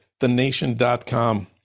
thenation.com